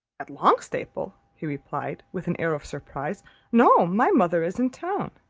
at longstaple! he replied, with an air of surprise no, my mother is in town.